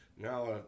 now